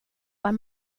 var